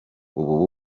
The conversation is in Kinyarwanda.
ubu